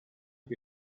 che